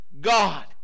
God